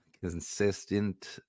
consistent